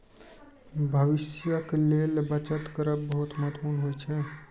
भविष्यक लेल बचत करब बहुत महत्वपूर्ण होइ छै